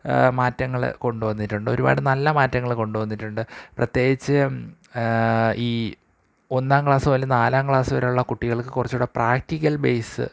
മാറ്റങ്ങള് കൊണ്ടുവന്നിട്ടുണ്ട് ഒരുപാട് നല്ല മാറ്റങ്ങള് കൊണ്ടുവന്നിട്ടുണ്ട് പ്രത്യേകിച്ച് ഈ ഒന്നാം ക്ലാസ്സുമുതല് നാലാം ക്ലാസ്സുവരെയുള്ള കുട്ടികൾക്ക് കുറച്ചുകൂടെ പ്രാക്ടിക്കൽ ബേസ്